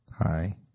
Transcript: Hi